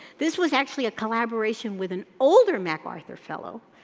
this was actually a collaboration with an older macarthur fellow,